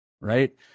right